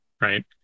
right